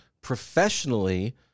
professionally